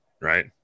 Right